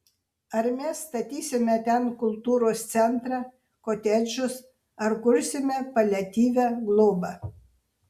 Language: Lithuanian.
ar mes statysime ten kultūros centrą kotedžus ar kursime paliatyvią globą